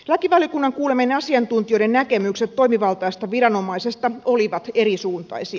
lakivaliokunnan kuulemien asiantuntijoiden näkemykset toimivaltaisesta viranomaisesta olivat erisuuntaisia